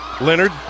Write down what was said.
Leonard